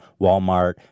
Walmart